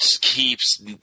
keeps